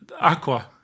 Aqua